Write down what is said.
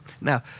Now